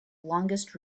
longest